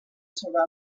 sobre